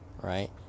right